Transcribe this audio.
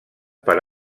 per